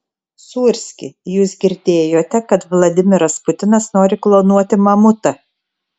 sūrski jūs girdėjote kad vladimiras putinas nori klonuoti mamutą